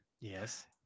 Yes